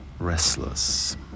Restless